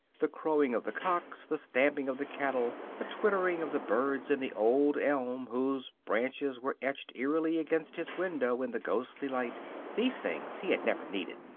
the crowing of the cocks, the stamping of the cattle, the twittering of the birds in the old elm whose branches were etched eerily against his window in the ghostly light these things he had never needed.